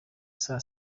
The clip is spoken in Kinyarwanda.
saa